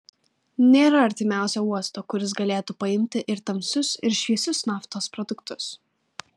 nėra artimiausio uosto kuris galėtų paimti ir tamsius ir šviesius naftos produktus